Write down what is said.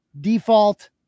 Default